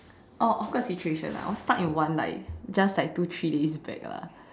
oh awkward situation ah I was stuck in one like just like two three days back lah